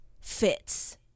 fits